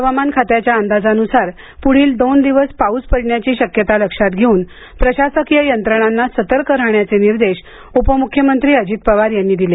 हवामान खात्याच्या अंदाजानुसार पुढील दोन दिवस पाऊस पडण्याची शक्यता लक्षात घेऊन प्रशासकीय यंत्रणांना सतर्क राहण्याचे निर्देश उपमुख्यमंत्री अजित पवार यांनी दिले